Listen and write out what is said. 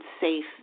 safe